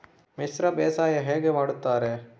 ಮಿಶ್ರ ಬೇಸಾಯ ಹೇಗೆ ಮಾಡುತ್ತಾರೆ?